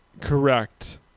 Correct